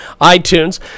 iTunes